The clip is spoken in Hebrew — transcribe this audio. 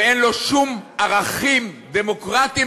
ואין לו שום ערכים דמוקרטיים,